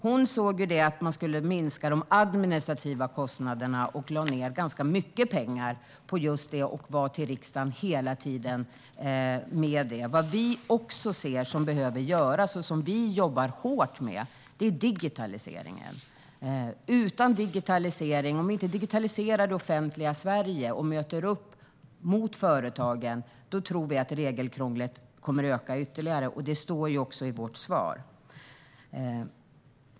Hon ville ju minska de administrativa kostnaderna och lade ned ganska mycket pengar på just det och kom till riksdagen med detta hela tiden. Vad vi också ser som behöver göras och som vi jobbar hårt med är digitaliseringen. Om vi inte digitaliserar det offentliga Sverige och möter upp företagen tror vi att regelkrånglet kommer att öka ytterligare, och det står ju också i vårt svar.